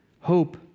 hope